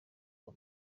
kwa